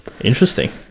Interesting